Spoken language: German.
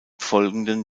folgenden